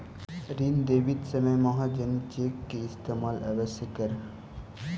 ऋण देवित समय महाजनी चेक के इस्तेमाल अवश्य करऽ